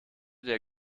der